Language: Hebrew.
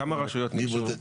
כמה רשויות ניגשו?